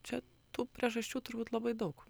čia tų priežasčių turbūt labai daug